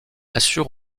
assure